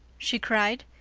she cried.